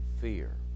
fear